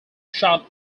shot